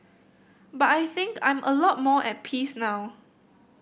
but I think I'm a lot more at peace now